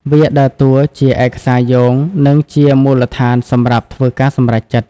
វាដើរតួជាឯកសារយោង និងជាមូលដ្ឋានសម្រាប់ធ្វើការសម្រេចចិត្ត។